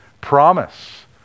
promise